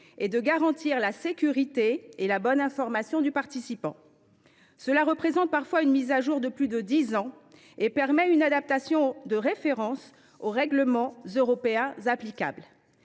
et de garantir la sécurité et la bonne information du participant. Cela représente parfois une mise à jour de plus de dix ans et permet une adaptation de références aux règlements européens applicables.